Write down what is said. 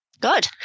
Good